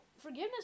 forgiveness